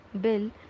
Bill